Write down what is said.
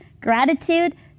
gratitude